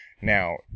Now